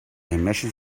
emission